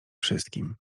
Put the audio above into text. wszystkim